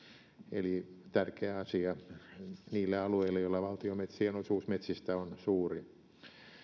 eli tärkeä asia niille alueille joilla valtion metsien osuus metsistä on suuri